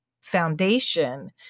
foundation